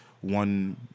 one